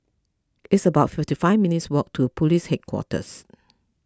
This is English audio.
it's about fifty five minutes' walk to Police Headquarters